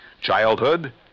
childhood